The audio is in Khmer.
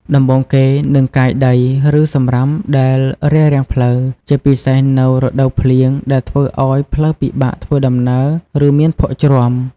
ដំបូងគេនឹងកាយដី ឬសំរាមដែលរារាំងផ្លូវ ជាពិសេសនៅរដូវភ្លៀងដែលធ្វើឲ្យផ្លូវពិបាកធ្វើដំណើរ ឬមានភក់ជ្រាំ។